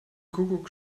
kuckuck